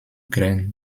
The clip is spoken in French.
graines